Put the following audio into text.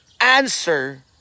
answer